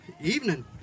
Evening